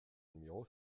numéro